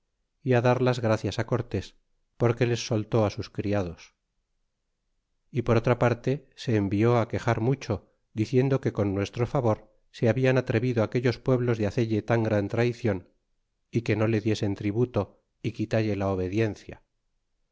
é dar las gracias cortés porque les soltó sus criados y por otra parte se envió quejar mucho diciendo que con nuestro favor se hablan atrevido aquellos pueblos de hacelle tan gran traicion é que no le diesen tributo é quitalle la obediencia